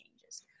changes